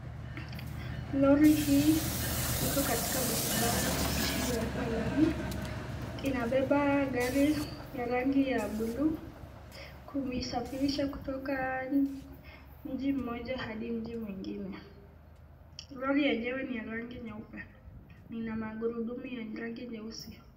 Lori hii liko katika barabara iliyowekwa lami. Inabeba gari ya rangi ya buluu, kuisafirisha kutoka nchi moja hadi nchi ingine. Lori yenyewe ni ya rangi nyeupe na ina magurudumu ya rangi nyeusi.